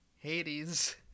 Hades